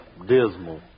Dismal